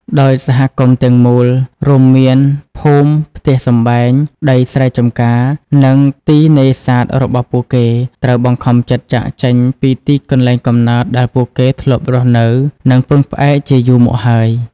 ដោយសហគមន៍ទាំងមូល រួមមានភូមិ ផ្ទះសម្បែង ដីស្រែចម្ការ និងទីនេសាទរបស់ពួកគេ ត្រូវបង្ខំចិត្តចាកចេញពីទីកន្លែងកំណើតដែលពួកគេធ្លាប់រស់នៅ និងពឹងផ្អែកជាយូរមកហើយ។